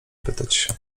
pytać